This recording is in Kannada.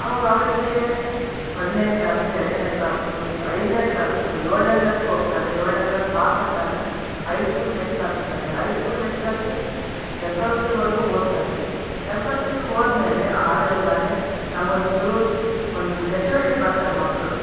ಅವಾಗ ಅವರಿಗೆ ಒಂದನೇ ಕ್ಲಾಸು ಎರಡನೇ ಕ್ಲಾಸು ಐದನೇ ಕ್ಲಾಸು ಏಳನೇ ಕ್ಲಾಸ್ಗೋಗ್ತಾರೆ ಏಳನೇ ಕ್ಲಾಸ್ ಪಾಸ್ ಆದಾಗ ಹೈ ಸ್ಕೂಲ್ ಮೆಟ್ಲು ಹತ್ತತಾರೆ ಹೈ ಸ್ಕೂಲ್ ಮೆಟ್ಲತ್ತಿ ಎಸ್ ಎಸ್ ಎಲ್ ಸಿವರೆಗೂ ಓದ್ತಾರೆ ಎಸ್ ಎಲ್ ಸಿಗೆ ಹೋದ್ಮೇಲೆ ಆಲೆ ಅವ್ರಾಗಲೇ ನಾವೊಂದು ಒಂದು ಮೆಚ್ಯುರಿಟಿ ಬರ್ತಾರೆ ಮಕ್ಕಳು